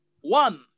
one